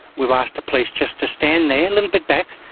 we've asked the police just to stand there, a little bit back,